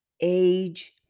age